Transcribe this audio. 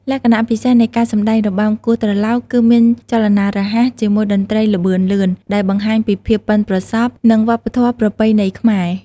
លក្ខណៈពិសេសនៃការសម្តែងរបាំគោះត្រឡោក គឺមានចលនារហ័ស ជាមួយតន្ត្រីល្បឿនលឿន ដែលបង្ហាញពីភាពបុិនប្រសព្វ និងវប្បធម៌ប្រពៃណីខ្មែរ។